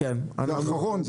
זה האחרון,